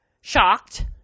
shocked